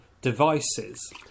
devices